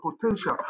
potential